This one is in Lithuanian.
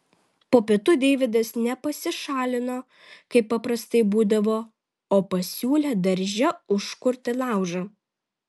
po pietų deividas ne pasišalino kaip paprastai būdavo o pasiūlė darže užkurti laužą